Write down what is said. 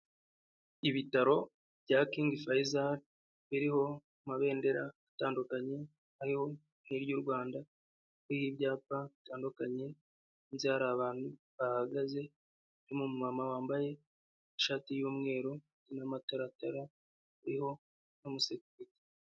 Ibitaro bya King Faisal biriho amabendera atandukanye harimo nk'iry'u Rwanda, hariho ibyapa bitandukanyeze hari abantu bahagaze harimo umumama wambaye ishati y'umweru n'amataratara ariho n'umusifuzi.